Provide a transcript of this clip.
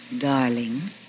darling